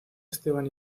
esteban